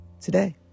Today